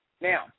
Now